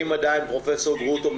פרופ' גרוטו,